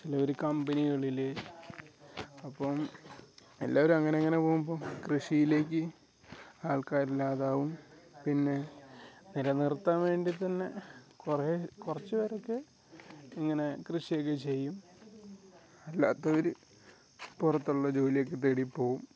ചിലർ കമ്പനികളിൽ അപ്പം എല്ലാവരും അങ്ങനെങ്ങനെ പോകുമ്പോൾ കൃഷിയിലേക്ക് ആൾക്കാരില്ലാതാവും പിന്നെ നിലനിർത്താൻ വേണ്ടി തന്നെ കുറേ കുറച്ച്പേരൊക്കെ ഇങ്ങനെ കൃഷിയൊക്കെ ചെയ്യും അല്ലാത്തവർ പുറത്തുള്ള ജോലിയൊക്കെ തേടിപ്പോവും